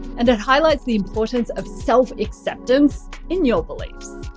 and it highlights the importance of self-acceptance in your beliefs.